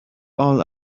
all